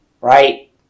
Right